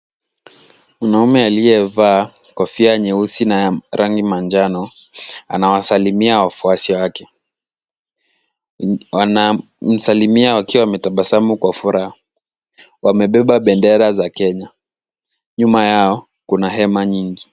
Mwanamume aliyevaa kofia nyeusi na ya rangi manjano anawasalimia wafuasi wake. Wanamsalimia wakiwa wamemtabasamu kwa furaha. Wamebeba bendera za Kenya. Nyuma yao kuna hema nyingi.